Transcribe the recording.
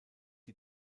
die